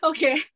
Okay